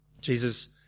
Jesus